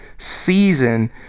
season